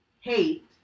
hate